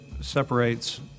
separates